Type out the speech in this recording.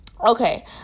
Okay